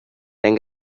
then